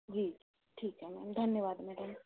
जी ठीक है मैम धन्यवाद मैडम